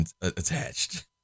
attached